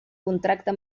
contracte